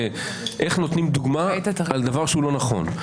איך נותנים דוגמה על דבר שהוא לא נכון.